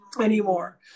anymore